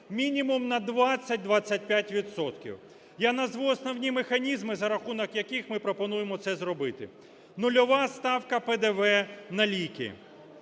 мінімум на 20-25 відсотків. Я назву основні механізми, за рахунок яких ми пропонуємо це зробити. Нульова ставка ПДВ на ліки.